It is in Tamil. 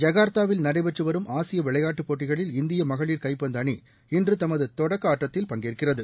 ஜகா்த்தாவில் நடைபெற்றுவரும் ஆசிய விளையாட்டுப் போட்டிகளில் இந்திய மகளிர் கைப்பந்து அணி இன்று தமது தொடக்க ஆட்டத்தில் பங்கேற்கிறது